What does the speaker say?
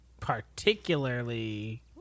Particularly